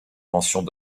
pensions